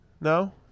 No